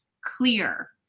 clear